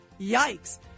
yikes